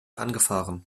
angefahren